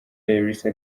elsa